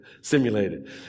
simulated